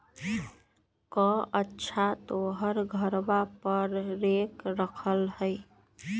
कअच्छा तोहर घरवा पर रेक रखल हई?